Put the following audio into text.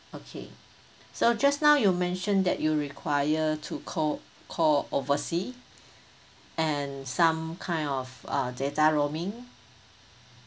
okay so just now you mentioned that you require to call call oversea and some kind of uh data roaming